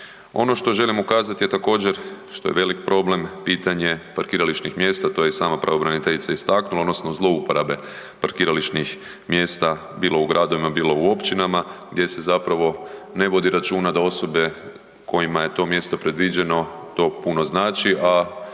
Ono što želim ukazati je također što je veliki problem pitanje parkirališnih mjesta to je i sama pravobraniteljica istaknula odnosno zlouporabe parkirališnih mjesta bilo u gradovima, bilo u općinama gdje se zapravo ne vodi računa da osobe kojima je to mjesto predviđeno to puno znači, a